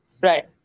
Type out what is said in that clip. Right